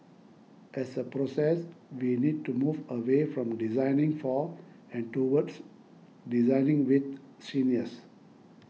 as a process we need to move away from designing for and towards designing with seniors